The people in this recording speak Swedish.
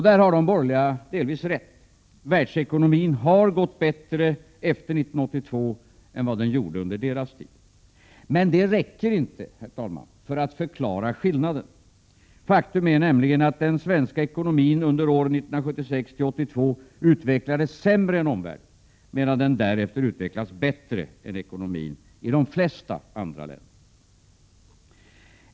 Där har de borgerliga delvis rätt. Världsekonomin har gått bättre efter 1982 än under deras tid. Men det räcker inte, herr talman, för att förklara skillnaden. Faktum är nämligen att den svenska ekonomin under åren 1976-1982 utvecklades sämre än omvärldens, medan den därefter utvecklats bättre än ekonomin i de flesta andra länder.